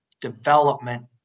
development